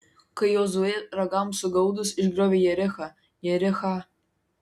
kai jozuė ragams sugaudus išgriovė jerichą jerichą